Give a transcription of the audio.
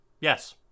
Yes